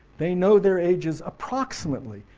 they know their ages approximately,